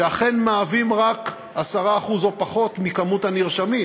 שאכן מהווים רק 10% או פחות ממספר הנרשמים,